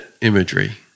imagery